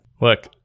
Look